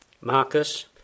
Marcus